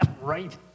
right